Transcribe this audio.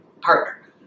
partner